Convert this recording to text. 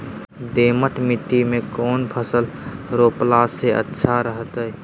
दोमट मिट्टी में कौन फसल रोपला से अच्छा रहतय?